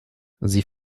sie